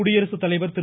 குடியரசு தலைவர் திரு